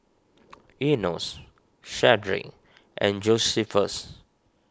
Enos Shedrick and Josephus